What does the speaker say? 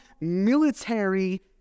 military